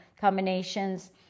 combinations